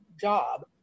job